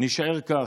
נישאר כך.